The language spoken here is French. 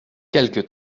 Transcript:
quelque